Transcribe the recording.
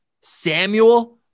Samuel